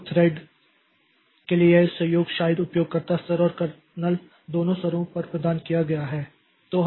तो थ्रेड के लिए यह सहयोग शायद उपयोगकर्ता स्तर और कर्नेल दोनों स्तरों पर प्रदान किया गया है